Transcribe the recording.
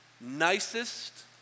nicest